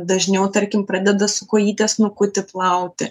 dažniau tarkim pradeda su kojyte snukutį plauti